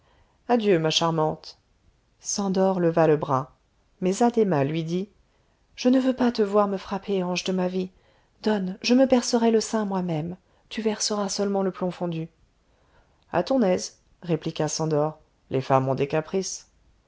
adieu adieu ma charmante szandor leva le bras mais addhéma lui dit je ne veux pas te voir me frapper ange de ma vie donne je me percerai le sein moi-même tu verseras seulement le plomb fondu a ton aise répliqua szandor les femmes ont des caprices